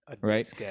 Right